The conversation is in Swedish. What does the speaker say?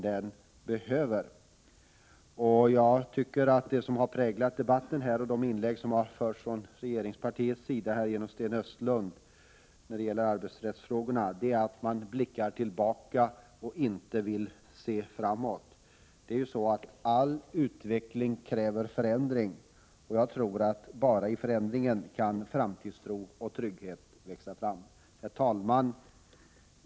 Den här debatten och de inlägg som gjorts från regeringspartiets sida genom Sten Östlund präglas av att man vill blicka tillbaka och inte vill se framåt. Men all utveckling kräver förändring. Framtidstron och tryggheten kan växa fram bara i förändringen. Herr talman!